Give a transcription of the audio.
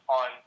on